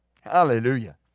Hallelujah